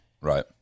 Right